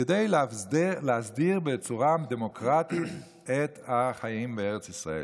כדי להסדיר בצורה דמוקרטית את החיים בארץ ישראל.